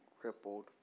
crippled